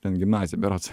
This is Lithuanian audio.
ten gimnazija berods